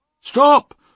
Stop